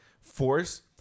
force